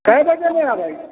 कए बजेमे अबइ